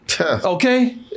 Okay